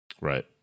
right